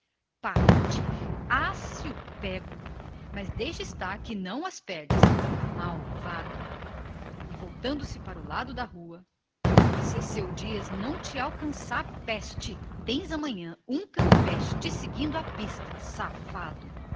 patife ah se o pego mas deixa estar que não as perdes malvado e correndo à janela se seu dias não te alcançar tens amanhã um campeche te seguindo a pista sem-vergonha